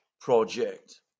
project